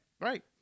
Right